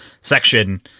section